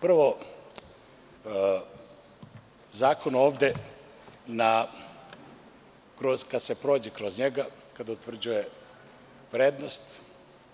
Prvo, Zakon ovde, kada se prođe kroz njega, kada utvrđuje vrednost,